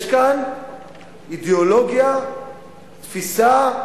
יש כאן אידיאולוגיה, תפיסה,